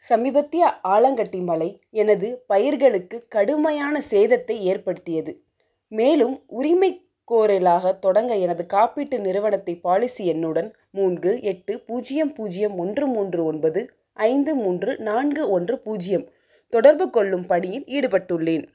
சமீபத்திய ஆலங்கட்டி மழை எனது பயிர்களுக்கு கடுமையான சேதத்தை ஏற்படுத்தியது மேலும் உரிமை கோரலாக தொடங்க எனது காப்பீட்டு நிறுவனத்தை பாலிசி எண்ணுடன் மூன்று எட்டு பூஜ்யம் பூஜ்யம் ஒன்று மூன்று ஒன்பது ஐந்து மூன்று நான்கு ஒன்று பூஜ்யம் தொடர்பு கொள்ளும் படியில் ஈடுபட்டுள்ளேன்